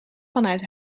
vanuit